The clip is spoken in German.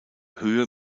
höhe